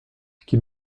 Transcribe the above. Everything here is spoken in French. qui